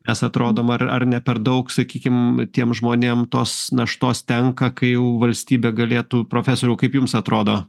mes atrodom ar ar ne per daug sakykim tiem žmonėm tos naštos tenka kai jau valstybė galėtų profesoriau kaip jums atrodo